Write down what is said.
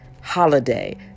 holiday